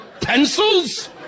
Pencils